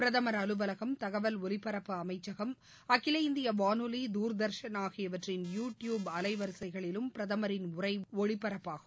பிரதமர் அலுவலகம் தகவல் ஓலிப்பரப்பு அமைச்சகம் அகில இந்திய வானொலி தூர்தர்ஷன் ஆகியவற்றின் யூ டியூப் அலைவரிசைகளிலும் பிரதமரின் உரை ஒளிப்பரப்பாகும்